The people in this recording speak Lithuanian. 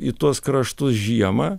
į tuos kraštus žiemą